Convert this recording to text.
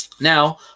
Now